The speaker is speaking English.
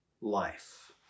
life